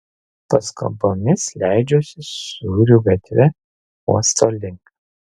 paskubomis leidžiuosi sūrių gatve uosto link